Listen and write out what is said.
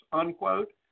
unquote